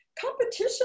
competition